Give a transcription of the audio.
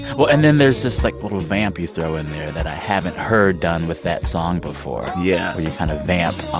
and then there's this, like, little vamp you throw in there that i haven't heard done with that song before yeah where you kind of vamp on,